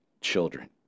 children